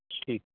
ਠੀਕ